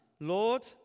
Lord